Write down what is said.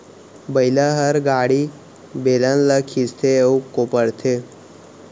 बइला हर गाड़ी, बेलन ल खींचथे अउ कोपरथे